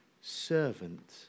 servant